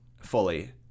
fully